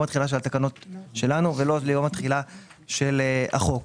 התחילה של התקנות שלנו ולא ליום התחילה של החוק.